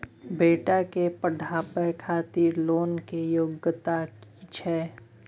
बेटा के पढाबै खातिर लोन के योग्यता कि छै